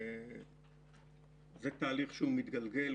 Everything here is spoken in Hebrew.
זה תהליך שהוא מתגלגל,